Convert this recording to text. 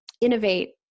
innovate